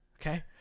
Okay